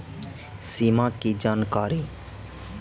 सिमा कि जानकारी?